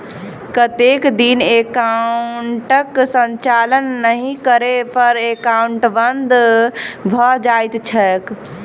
कतेक दिन एकाउंटक संचालन नहि करै पर एकाउन्ट बन्द भऽ जाइत छैक?